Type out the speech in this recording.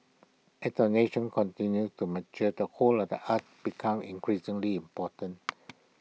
at our nation continues to mature the whole of the arts becomes increasingly important